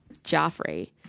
joffrey